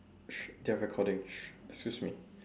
sh~ they're recording sh~ excuse me